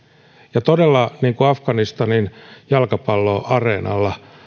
ja todella afganistanin jalkapalloareenalla